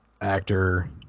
actor